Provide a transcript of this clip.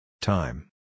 Time